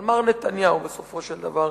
על מר נתניהו בסופו של דבר,